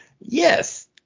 Yes